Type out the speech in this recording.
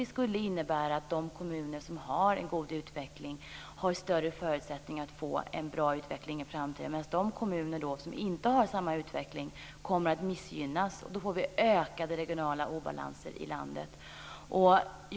Det skulle innebära att de kommuner som har en god utveckling har större förutsättningar att få en bra utveckling i framtiden, medan de kommuner som inte har samma utveckling kommer att missgynnas. Då får vi ökade regionala obalanser i landet.